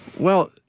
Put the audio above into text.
well,